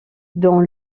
dans